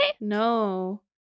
No